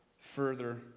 further